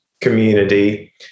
community